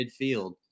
midfield